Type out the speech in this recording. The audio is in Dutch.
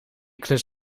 klus